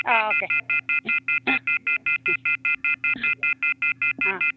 ആഹ് okay ആഹ്